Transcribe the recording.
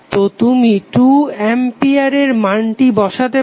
তো তুমি 2A এর মানটি বসাতে পারো